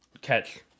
catch